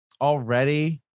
already